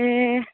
ए